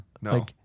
No